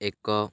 ଏକ